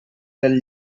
del